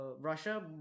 russia